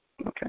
Okay